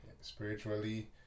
spiritually